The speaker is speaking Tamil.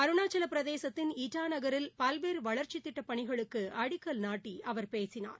அருணாச்சல பிரதேசத்தின் இட்டா நகரில் பல்வேறு வளர்ச்சித் திட்டப் பணிகளுக்கு அடிக்கல் நாட்டி அவர் பேசினார்